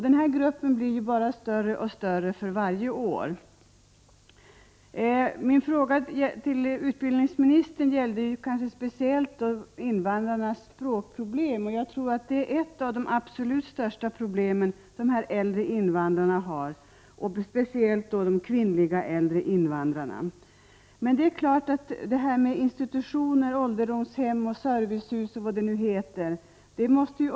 Den här gruppen växer, som sagt, för varje år. Min tidigare fråga här till utbildningsministern gällde kanske speciellt invandrarnas språkproblem. Jag tror att det är ett av de absolut största problemen för de äldre invandrarna, och då särskilt för kvinnorna. Det är klart att detta med institutioner, ålderdomshem, servicehus etc.